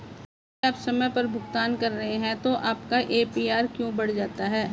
यदि आप समय पर भुगतान कर रहे हैं तो आपका ए.पी.आर क्यों बढ़ जाता है?